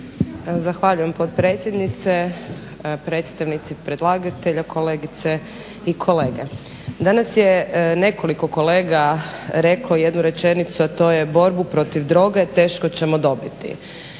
Zahvaljujem potpredsjednice, predstavnici predlagatelja, kolegice i kolege. Danas je nekoliko kolega reklo jednu rečenu, a to je borbu protiv droge teško ćemo dobiti